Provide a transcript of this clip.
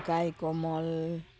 गाईको मल